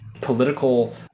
political